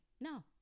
No